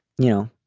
you know,